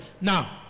Now